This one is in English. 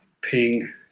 Ping